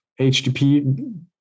HTTP